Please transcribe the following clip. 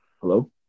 Hello